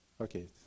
Okay